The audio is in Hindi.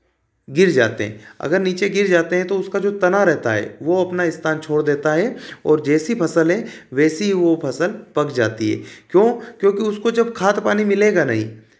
गिर जाते अगर नीचे गिर जाते हैं तो उसका जो तना रेहता है वो अपना स्थान छोड़ देता है और जैसी फ़सल है वैसी वह फ़सल पक जाती है क्यों क्योंकि उसको जब खाद पानी मिलेगा नहीं